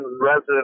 resident